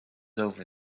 over